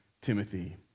Timothy